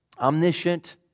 omniscient